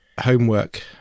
homework